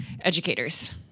educators